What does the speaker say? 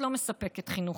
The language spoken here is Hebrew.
מכובדי